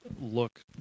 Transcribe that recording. look